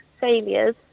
failures